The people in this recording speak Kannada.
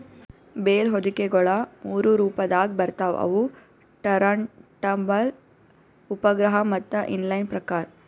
ಬೇಲ್ ಹೊದಿಕೆಗೊಳ ಮೂರು ರೊಪದಾಗ್ ಬರ್ತವ್ ಅವು ಟರಂಟಬಲ್, ಉಪಗ್ರಹ ಮತ್ತ ಇನ್ ಲೈನ್ ಪ್ರಕಾರ್